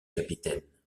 capitaine